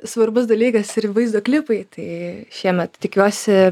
svarbus dalykas ir vaizdo klipai tai šiemet tikiuosi